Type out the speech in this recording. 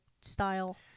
style